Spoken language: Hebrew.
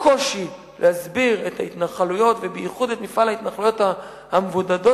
הקושי להסביר את ההתנחלויות ובייחוד את מפעל ההתנחלויות המבודדות,